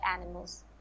animals